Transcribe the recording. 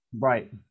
Right